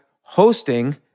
hosting